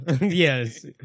Yes